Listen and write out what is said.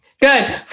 Good